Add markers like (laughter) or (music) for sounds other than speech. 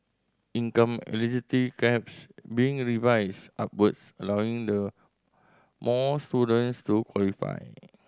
income (unintelligible) caps be revised upwards allowing the more students to qualify